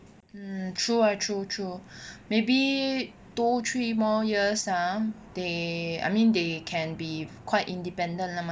mm true ah true true maybe two three more years ah they I mean they can be quite independent 了 mah